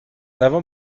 avant